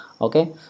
okay